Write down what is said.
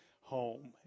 home